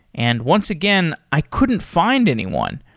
and once again, i couldn't find anyone.